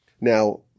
Now